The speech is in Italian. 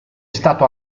stato